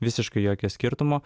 visiškai jokio skirtumo